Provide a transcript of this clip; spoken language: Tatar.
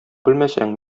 белмәсәң